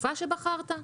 התקופה שבחרת,